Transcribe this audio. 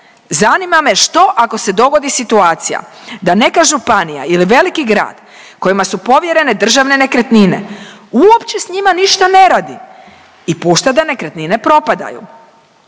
Zanima me, što ako se dogodi situacija da neka županija ili veliki grad kojima su povjerene državne nekretnine uopće s njima ništa ne radi i pušta da nekretnine propadaju,